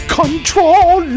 control